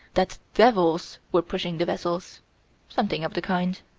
that devils were pushing the vessels something of the kind.